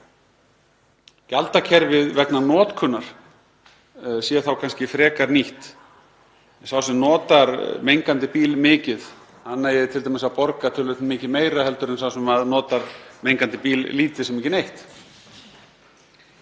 gjaldakerfið vegna notkunar sé þá kannski frekar nýtt. Sá sem notar mengandi bíl eigi t.d. að borga töluvert mikið meira en sá sem notar mengandi bíl lítið sem ekki neitt.